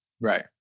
Right